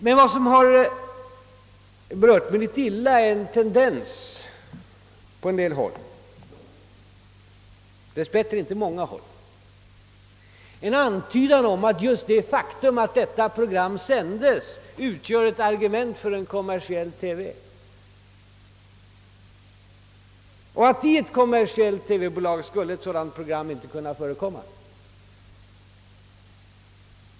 Men vad som har berört mig något illa är en antydan på en del håll — dess bättre inte många håll — om att just det faktum att detta program sändes utgör ett argument för en kommersiell TV och att ett sådant program inte skulle kunna förekomma i ett kommersiellt TV-bolag.